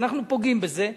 כשאנחנו פוגעים בזה,